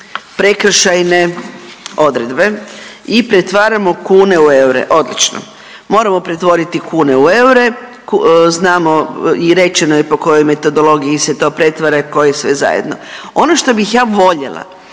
prekršajne odredbe i pretvaramo kune u eure. Odlično. Moramo pretvoriti kune u eure, znamo i rečeno je po kojoj metodologiji se to pretvara i koje sve zajedno. Ono što bih ja voljela